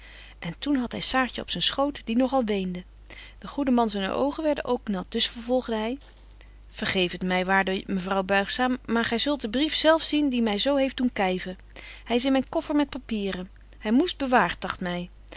en toen hadt hy saartje op zyn schoot die nog al weende de goede man zyne oogen werden ook nat dus vervolgde hy vergeef het my waarde mevrouw buigzaam maar gy zult den brief zelf zien die my zo heeft doen kyven hy is in myn koffer met papieren hy moest bewaart dagt my